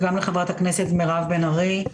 לחברת הכנסת מירב בן ארי,